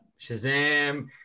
shazam